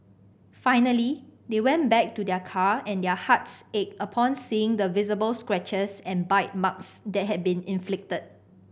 finally they went back to their car and their hearts ached upon seeing the visible scratches and bite marks that had been inflicted